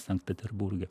sankt peterburge